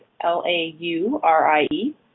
L-A-U-R-I-E